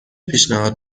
پیشنهاد